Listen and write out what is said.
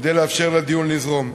כדי לאפשר לדיון לזרום.